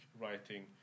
writing